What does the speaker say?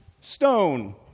stone